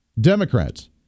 Democrats